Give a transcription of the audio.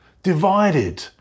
Divided